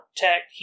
Protect